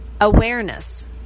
Awareness